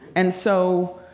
and so,